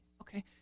Okay